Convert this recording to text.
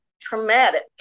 traumatic